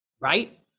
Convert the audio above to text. right